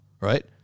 Right